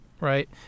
right